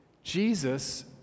Jesus